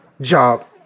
Job